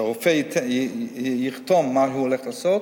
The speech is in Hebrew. שהרופא יכתוב מה הוא הולך לעשות,